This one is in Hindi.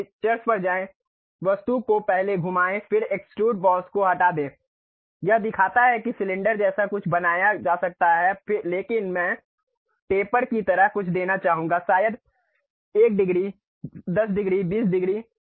तब फीचर्स पर जाएं वस्तु को पहले घुमाएं फिर एक्सट्रुड बॉस को हटा दें यह दिखाता है कि सिलेंडर जैसा कुछ बनाया जा सकता है लेकिन मैं टेपर की तरह कुछ देना चाहूंगा शायद 1 डिग्री 10 डिग्री 20 डिग्री